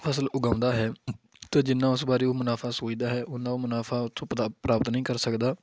ਫਸਲ ਉਗਾਉਂਦਾ ਹੈ ਅਤੇ ਜਿੰਨਾ ਉਸ ਬਾਰੇ ਉਹ ਮੁਨਾਫਾ ਸੋਚਦਾ ਹੈ ਓਨਾ ਉਹ ਮੁਨਾਫਾ ਉੱਥੋਂ ਪ੍ਰਾਪ ਪ੍ਰਾਪਤ ਨਹੀਂ ਕਰ ਸਕਦਾ